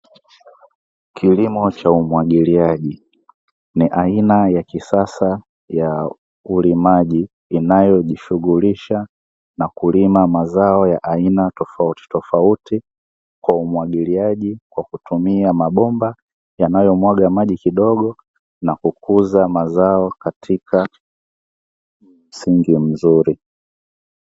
Kilimo cha umwagiliaji ni aina ya kisasa ya umwagiliaji, kinachojishughulisha na kulima mazao ya aina tofautitofauti, kwa umwagiliaji yanayotumia mabomba yanayomwaga maji kidogo na kukuza mazao katika msingi mzuri.